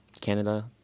Canada